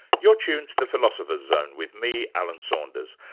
you're tuned to the philosopher's zone with me, alan saunders,